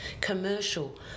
commercial